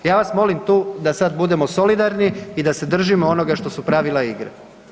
Ja vas molim tu da sad budemo solidarno i da se držimo onoga što su pravila igre.